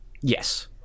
yes